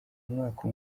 umwaka